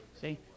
See